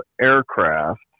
aircraft